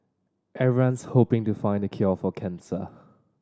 everyone's hoping to find the cure for cancer